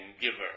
Giver